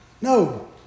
no